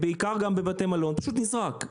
ובעיקר בבתי מלון, פשוט נזרק,